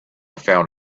found